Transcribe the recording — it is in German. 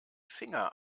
finger